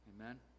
Amen